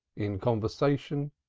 in conversation,